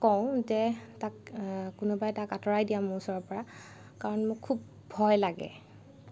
কওঁ যে তাক কোনোবাই তাক আতঁৰাই দিয়া মোৰ ওচৰৰ পৰা কাৰণ মোৰ খুব ভয় লাগে